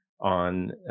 on